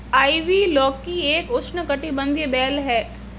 ivy लौकी एक उष्णकटिबंधीय बेल है